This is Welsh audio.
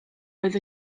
oedd